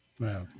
Wow